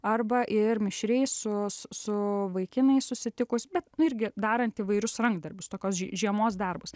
arba ir mišriai su su vaikinais susitikus bet nu irgi darant įvairius rankdarbius tokios žie žiemos darbus